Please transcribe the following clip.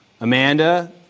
Amanda